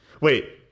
Wait